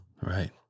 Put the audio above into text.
Right